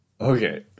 Okay